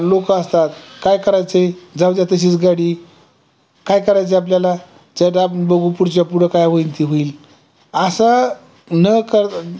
लोक असतात काय करायचे आहे जाऊ द्या तशीच गाडी काय करायचं आहे आपल्याला चट आपण बघू पुढच्या पुढं काय होईल ते होईल असं न कर